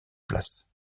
place